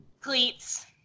Cleats